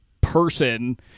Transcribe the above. person